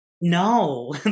no